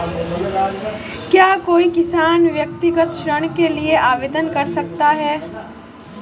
क्या कोई किसान व्यक्तिगत ऋण के लिए आवेदन कर सकता है?